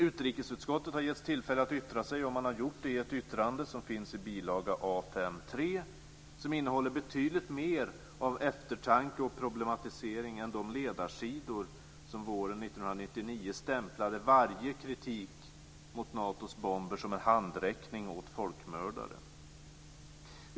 Utrikesutskottet har getts tillfälle att yttra sig, och man har gjort det i ett yttrande som finns i bilaga A5.3 och som innehåller betydligt mer av eftertanke och problematisering än de ledarsidor som våren 1999 stämplade varje kritik mot Natos bomber som en handräckning åt folkmördare.